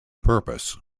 purpose